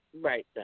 right